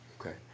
Okay